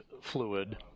fluid